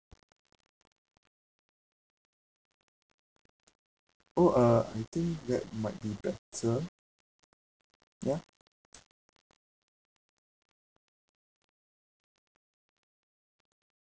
oh uh I think that might be better ya